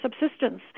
subsistence